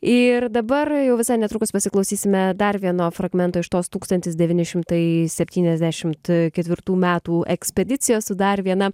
ir dabar jau visai netrukus pasiklausysime dar vieno fragmento iš tos tūkstantis devyni šimtai septyniasdešimt ketvirtų metų ekspedicijos su dar viena